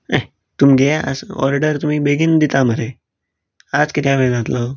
एह तुमगे ऑर्डर बेगीन दिता मरे आज कित्या वेळ जातलो